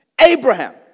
Abraham